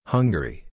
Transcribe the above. Hungary